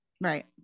Right